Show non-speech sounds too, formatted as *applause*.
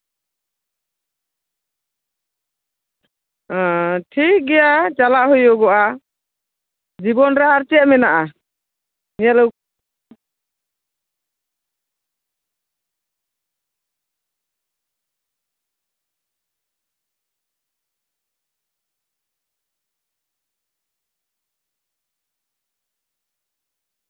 ᱴᱷᱤᱠᱜᱮᱭᱟ ᱪᱟᱞᱟᱜ ᱦᱩᱭᱩᱜᱚᱜᱼᱟ ᱡᱤᱵᱚᱱ ᱨᱮ ᱟᱨ ᱪᱮᱫ ᱢᱮᱱᱟᱜᱼᱟ *unintelligible*